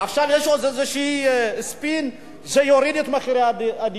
עכשיו יש עוד איזה ספין שיוריד את מחירי הדיור.